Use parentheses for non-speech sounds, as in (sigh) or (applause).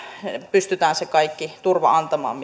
pystytään se kaikki turva antamaan (unintelligible)